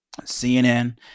CNN